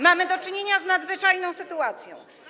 Mamy do czynienia z nadzwyczajną sytuacją.